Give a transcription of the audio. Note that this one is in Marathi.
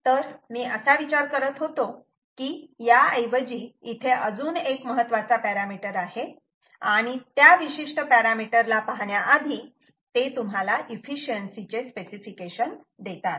तर मी असा विचार करत होतो की या ऐवजी इथे अजून एक महत्त्वाचा पॅरामिटर आहे आणि त्या विशिष्ट पॅरामीटर ला पाहण्याआधी ते तुम्हाला एफिशिएन्सी चे स्पेसिफिकेशन देतात